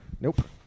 Nope